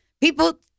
people